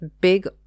big